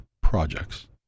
projects